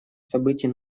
событий